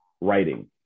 writing